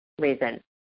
reason